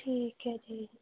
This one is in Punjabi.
ਠੀਕ ਹੈ ਜੀ